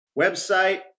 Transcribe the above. Website